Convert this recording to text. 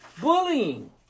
Bullying